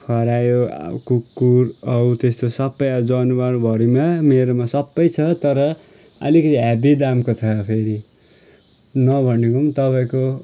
खरायो अब कुकुर हो त्यस्तो सबै अब जनावर भरिमा मेरोमा सबै छ तर आलिक हेभी दामको छ फेरि नभनेको पनि तपाईँको